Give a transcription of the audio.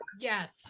Yes